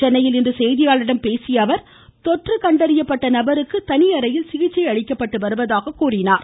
சென்னையில் இன்று செய்தியாளர்களிடம் பேசிய அவர் தொற்று கண்டறியப்பட்ட நபருக்கு தனி அறையில் சிகிச்சை அளிக்கப்பட்டு வருவதாக தெரிவித்தார்